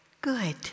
good